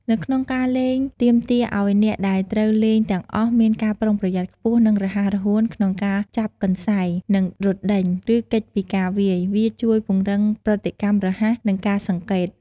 នៅក្នុងការលេងទាមទារឱ្យអ្នកដែលត្រូវលេងទាំងអស់មានការប្រុងប្រយ័ត្នខ្ពស់ និងរហ័សរហួនក្នុងការចាប់កន្សែង និងរត់ដេញ ឬគេចពីការវាយ វាជួយពង្រឹងប្រតិកម្មរហ័ស និងការសង្កេត។